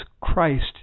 Christ